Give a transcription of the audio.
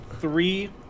three